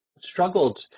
struggled